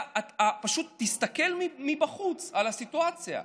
פשוט תסתכל מבחוץ על הסיטואציה.